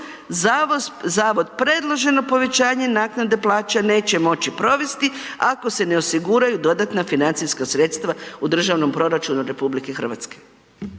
zavod predloženo povećanje naknade plaća neće moći provesti ako se ne osiguraju dodatna financijska sredstva u Državnom proračunu RH“.